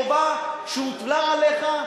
מציע לך לראות זאת כחובה שהוטלה עליך,